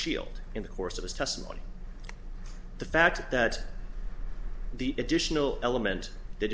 shield in the course of his testimony the fact that the additional element